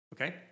Okay